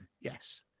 yes